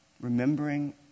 Remembering